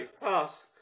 Pass